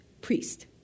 priest